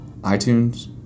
itunes